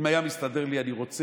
אם היה מסתדר לי אני רוצה.